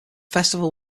festival